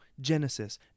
Genesis